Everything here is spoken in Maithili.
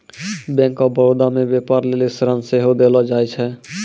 बैंक आफ बड़ौदा मे व्यपार लेली ऋण सेहो देलो जाय छै